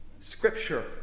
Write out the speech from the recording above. Scripture